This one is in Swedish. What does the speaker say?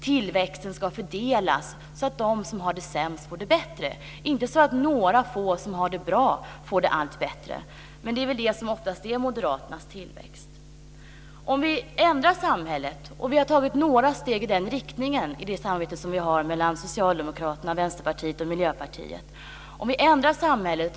Tillväxten ska fördelas så att de som har det sämst får det bättre, inte så att några få som har det bra får det allt bättre. Det är oftast det som är moderaternas tillväxt. Om vi ändrar samhället och satsar både socialt och ekologiskt skapar vi förutsättningar för en god ekonomi för framtida generationer.